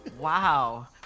Wow